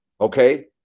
Okay